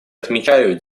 отмечаю